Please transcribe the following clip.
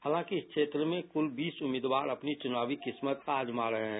हालांकि इस क्षेत्र में क्ल बीस उम्मीदवार अपनी चुनावी किस्मत अजमा रहे हैं